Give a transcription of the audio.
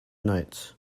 notes